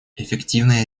эффективной